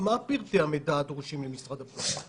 מה פרטי המידע הדרושים למשרד הבריאות?